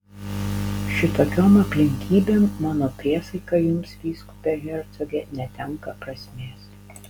šitokiom aplinkybėm mano priesaika jums vyskupe hercoge netenka prasmės